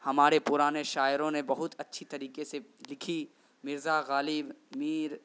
ہمارے پرانے شاعروں نے بہت اچھی طریقے سے لکھی مرزا غالب میر